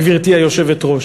גברתי היושבת-ראש,